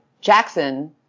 Jackson